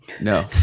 no